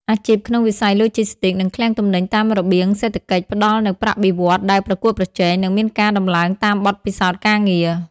អាជីពក្នុងវិស័យឡូជីស្ទីក និងឃ្លាំងទំនិញតាមរបៀងសេដ្ឋកិច្ច ផ្តល់នូវប្រាក់បៀវត្សរ៍ដែលប្រកួតប្រជែង និងមានការដំឡើងតាមបទពិសោធន៍ការងារ។